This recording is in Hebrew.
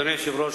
אדוני היושב-ראש,